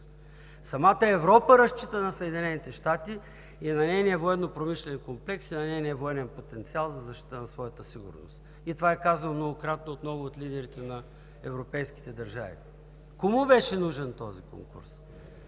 Самата Европа разчита на Съединените щати и на нейния военнопромишлен комплекс, и на нейния военен потенциал за защита на своята сигурност. И това е казано многократно от много от лидерите на европейските държави. Кому беше нужен този конкурс?